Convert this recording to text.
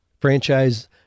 Franchise